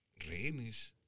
Rehenes